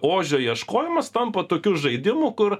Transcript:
ožio ieškojimas tampa tokiu žaidimu kur